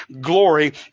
Glory